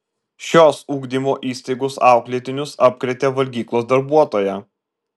šios ugdymo įstaigos auklėtinius apkrėtė valgyklos darbuotoja